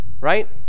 right